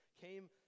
came